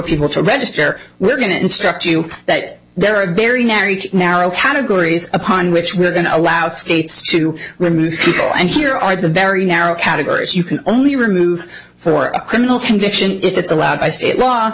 people to register we're going to instruct you that there are barry now categories upon which we're going to allow states to remove people and here are the very narrow categories you can only remove for a criminal conviction if it's allowed by state law